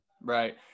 Right